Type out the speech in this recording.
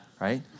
right